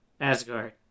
asgard